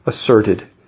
asserted